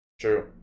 True